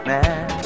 Man